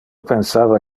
pensava